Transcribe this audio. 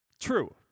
true